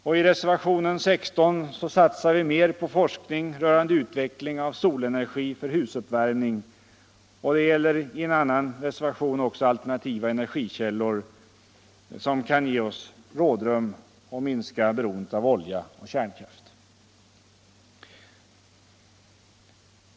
I reservationen 16 till näringsutskottets betänkande nr 42 vill vi satsa mer på forskning rörande utveckling av solenergi för hushållsuppvärmning. De s.k. alternativa energikällorna, som vi tar upp i en annan reservation, kan ge oss rådrum och minska beroendet av olja och kärnkraft.